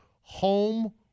home